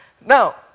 Now